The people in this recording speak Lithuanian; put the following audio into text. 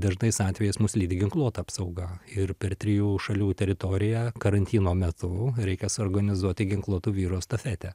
dažnais atvejais mus lydi ginkluota apsauga ir per trijų šalių teritoriją karantino metu reikia suorganizuoti ginkluotų vyrų estafetę